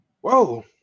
whoa